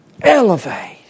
Elevate